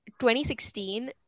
2016